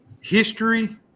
history